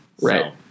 right